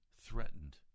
threatened